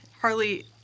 Harley